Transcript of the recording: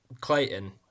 Clayton